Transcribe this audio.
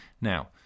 Now